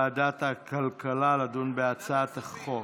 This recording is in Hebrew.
לוועדת הכלכלה לדון בהצעת החוק.